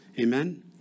Amen